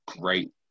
great